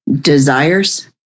desires